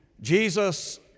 Jesus